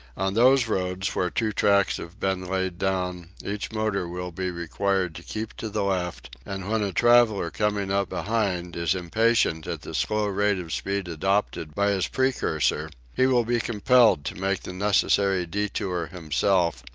on those roads where two tracks have been laid down each motor will be required to keep to the left, and when a traveller coming up behind is impatient at the slow rate of speed adopted by his precursor he will be compelled to make the necessary detour himself,